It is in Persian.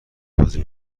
بازی